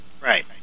Right